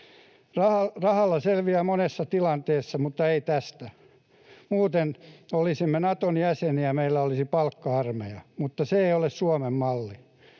Rahalla selviää monessa tilanteessa, mutta ei tästä. Muuten olisimme Naton jäseniä ja meillä olisi palkka-armeija, mutta se ei ole Suomen malli.